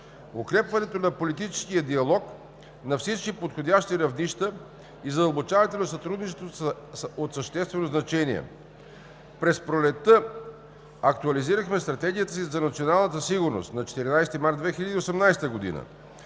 Укрепването на политическия диалог на всички подходящи равнища и задълбочаването на сътрудничеството са от съществено значение. През пролетта актуализирахме Стратегията си за националната сигурност – 14 март 2018 г.